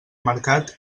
mercat